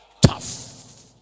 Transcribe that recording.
Tough